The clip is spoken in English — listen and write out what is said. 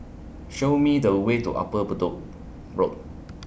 Show Me The Way to Upper Bedok Road